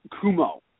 Kumo